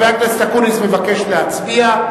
חבר הכנסת אקוניס מבקש להצביע.